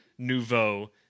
Nouveau